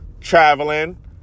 Traveling